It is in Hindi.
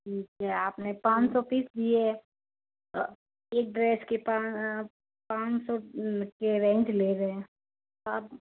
ठीक है आपने पाँच सौ पीस लिए एक ड्रेस के पाँच पाँच सौ के रेंज ले रहे हैं अब